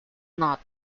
not